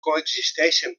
coexisteixen